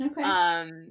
okay